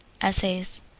Essays